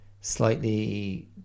slightly